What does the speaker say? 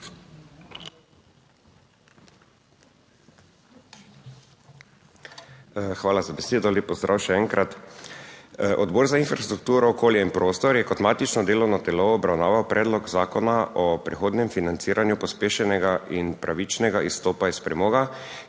Hvala za besedo. Lep pozdrav še enkrat! Odbor za infrastrukturo, okolje in prostor je kot matično delovno telo obravnaval Predlog zakona o prihodnjem financiranju pospešenega in pravičnega izstopa iz premoga,